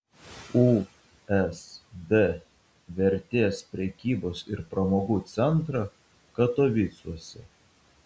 usd vertės prekybos ir pramogų centrą katovicuose